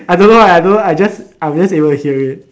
I don't know I don't know I just able to hear it